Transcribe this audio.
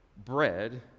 Bread